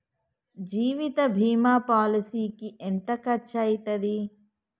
జీవిత బీమా పాలసీకి ఎంత ఖర్చయితది?